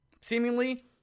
seemingly